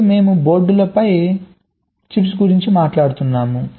ముందు మేము బోర్డులపై చిప్స్ గురించి మాట్లాడుతున్నాము